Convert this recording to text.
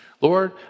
Lord